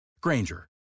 Granger